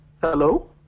Hello